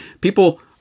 people